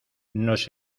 nos